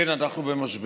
כן, אנחנו במשבר,